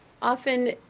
often